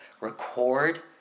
Record